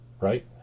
Right